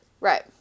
Right